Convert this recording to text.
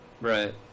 Right